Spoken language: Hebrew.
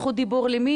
זכות הדיבור למי?